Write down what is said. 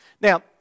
Now